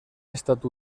estat